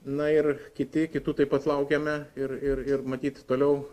na ir kiti kitų taip pat laukiame ir ir matyt toliau